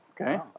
Okay